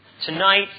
Tonight